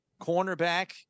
cornerback